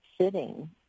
sitting